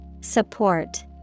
Support